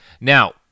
now